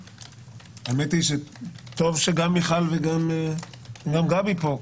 האמת היא שטוב שגם מיכל וגם גבי פה,